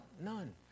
none